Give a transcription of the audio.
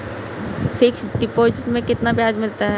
Fix deposit में कितना ब्याज मिलता है?